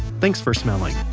thanks for smelling